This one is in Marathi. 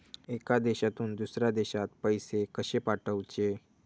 एका देशातून दुसऱ्या देशात पैसे कशे पाठवचे?